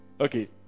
Okay